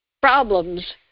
problems